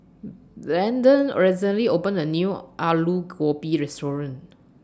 Branden recently opened A New Aloo Gobi Restaurant